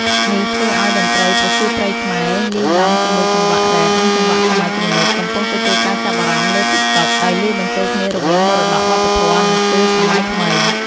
នេះធ្វើឲ្យតន្ត្រីប្រជាប្រិយខ្មែរលាយឡំជាមួយចង្វាក់រ៉េប និងចង្វាក់សម័យទំនើប កំពុងទទួលការចាប់អារម្មណ៍លើ តិកតុក ដោយលាយបញ្ចូលគ្នារវាងមរតកវប្បធម៌ និងស្ទីលសម័យថ្មី។